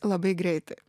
labai greitai